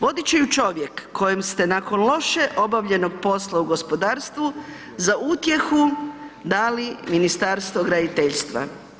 Vodit će ju čovjek kojem ste nakon loše obavljenog posla u gospodarstvu za utjehu dali Ministarstvo graditeljstva.